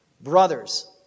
brothers